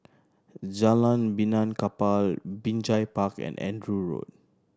Jalan Benaan Kapal Binjai Park and Andrew Road